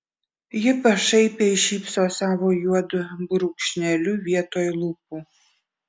ji pašaipiai šypso savo juodu brūkšneliu vietoj lūpų